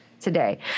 Today